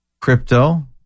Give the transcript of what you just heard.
crypto